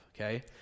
okay